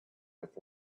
with